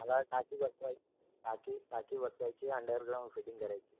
मला टाकी बसवाय टाकी टाकी बसवायची आहे अंडरग्राउंड फिटिंग करायची आहे